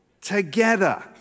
together